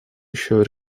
еще